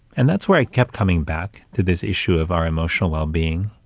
and that's where i kept coming back to this issue of our emotional well-being,